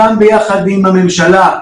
גם יחד עם הממשלה,